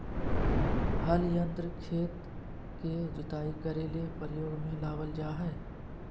हल यंत्र खेत के जुताई करे ले प्रयोग में लाबल जा हइ